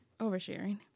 oversharing